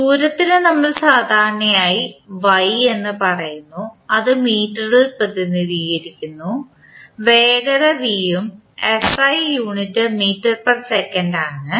ദൂരത്തിന് നമ്മൾ സാധാരണയായി y എന്ന് പറയുന്നു അത് മീറ്ററിൽ പ്രതിനിധീകരിക്കുന്നു വേഗത v ഉം SI unit metre per second ആണ്